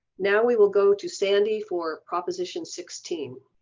now we will go to sandy for proposition sixteen.